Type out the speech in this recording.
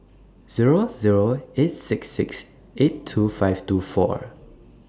Zero Zero eight six six eight two five two four